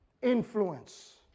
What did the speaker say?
influence